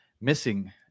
missing